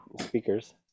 speakers